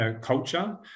culture